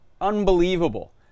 Unbelievable